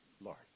Lord